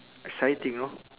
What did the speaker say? exciting know